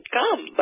come